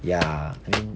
ya and then